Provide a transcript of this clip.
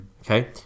okay